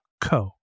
co